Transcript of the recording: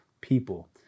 people